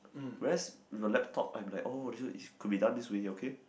whereas got laptop I'm like oh this one is could be done this way okay